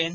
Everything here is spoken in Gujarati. એન